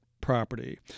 property